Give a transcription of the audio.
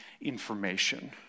information